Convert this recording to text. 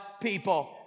people